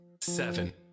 seven